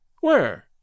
Where